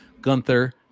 Gunther